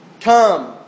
Come